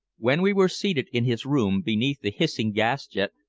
when we were seated in his room beneath the hissing gas-jet,